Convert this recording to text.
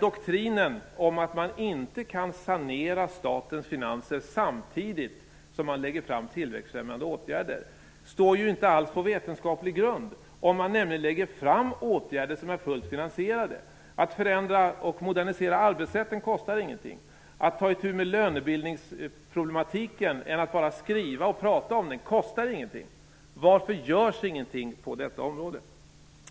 Doktrinen att man inte kan sanera statens finanser samtidigt som man lägger fram förslag om tillväxtfrämjande åtgärder står inte alls på vetenskaplig grund om man lägger fram förslag till åtgärder som är fullt finansierade. Att förändra och modernisera arbetsrätten kostar ingenting. Att ta itu med lönebildningsproblematiken i stället för att bara skriva och prata om den kostar ingenting. Varför görs ingenting på detta område?